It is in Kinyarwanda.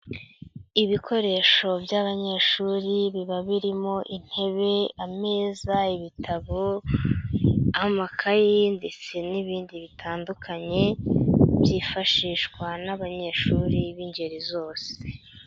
Ibikoresho by'abanyeshuri biba birimo intebe, ameza, ibitabo amakayi ndetse n'ibindi bitandukanye, byifashishwa n'abanyeshuri b'ingeri zose